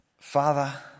Father